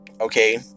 Okay